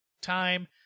time